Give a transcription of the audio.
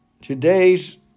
today's